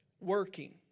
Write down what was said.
Working